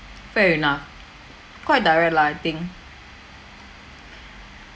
fair enough quite direct lah I think